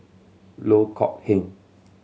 Loh Kok Heng